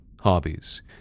hobbies